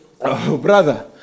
brother